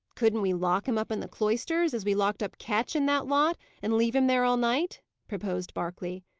couldn't we lock him up in the cloisters, as we locked up ketch, and that lot and leave him there all night? proposed berkeley.